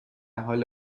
حال